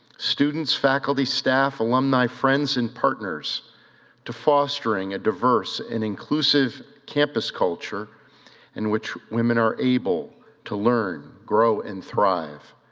students, faculty, staff, alumni, friends and partners to fostering a diverse and inclusive campus culture in which women are able to learn, grow and thrive.